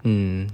mm